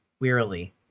Wearily